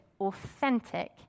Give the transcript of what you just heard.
authentic